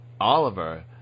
Oliver